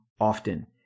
often